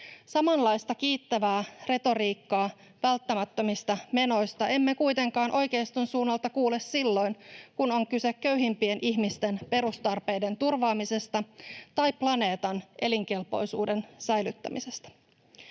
Samanlaista kiittävää retoriikkaa välttämättömistä menoista emme kuitenkaan oikeiston suunnalta kuule silloin, kun on kyse köyhimpien ihmisten perustarpeiden turvaamisesta tai planeetan elinkelpoisuuden säilyttämisestä.